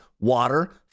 water